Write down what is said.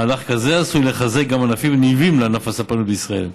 מהלך כזה עשוי לחזק ענפים נלווים לענף הספנות בישראל.